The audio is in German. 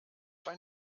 bei